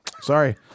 Sorry